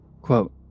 quote